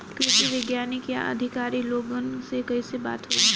कृषि वैज्ञानिक या अधिकारी लोगन से कैसे बात होई?